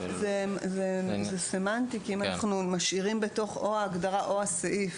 זה סמנטי כי אם אנחנו משאירים בתוך ההגדרה או הסעיף